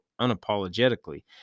unapologetically